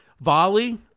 volley